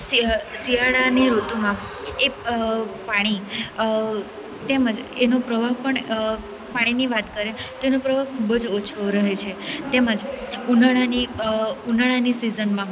શિયાળાની ઋતુમાં એ પાણી તેમ જ એનો પ્રવાહ પણ પાણીની વાત કરીએ તો એ પાણીનો પ્રવાહ ખૂબ જ ઓછો રહે છે તેમ જ ઉનાળાની ઉનાળાની સીઝનમાં